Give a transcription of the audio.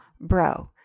bro